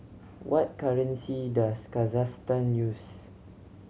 what currency does Kazakhstan use